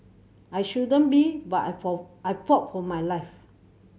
I shouldn't be but I I for my life